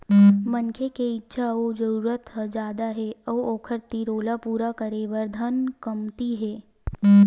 मनखे के इच्छा अउ जरूरत ह जादा हे अउ ओखर तीर ओला पूरा करे बर धन कमती हे